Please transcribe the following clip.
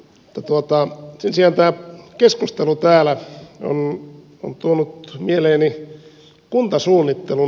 sen sijaan tämä keskustelu täällä on tuonut mieleeni kuntasuunnittelun